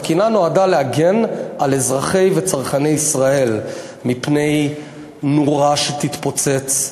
התקינה נועדה להגן על אזרחי וצרכני ישראל מפני נורה שתתפוצץ,